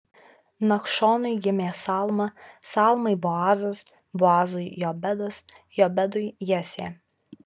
nachšonui gimė salma salmai boazas boazui jobedas jobedui jesė